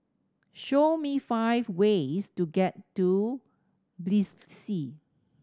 show me five ways to get to Tbilisi